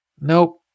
Nope